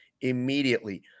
immediately